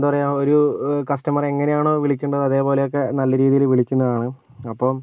എന്താ പറയുക ഒരു കസ്റ്റമർ എങ്ങനെയാണോ വിളിക്കേണ്ടത് അതേ പോലെയൊക്കെ നല്ല രീതിയിൽ വിളിക്കുന്നതാണ് അപ്പം